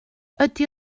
ydy